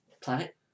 Planet